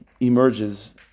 emerges